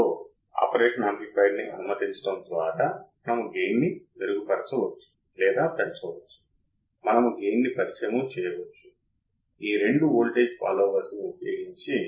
ఇప్పుడు స్క్రీన్కు తిరిగి వద్దాం ఒకవేళ మనం సమాన DC కర్రెంట్లను వర్తింపజేస్తే అవుట్పుట్ వోల్టేజ్ తప్పనిసరిగా సున్నా అవ్వాలి